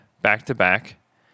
back-to-back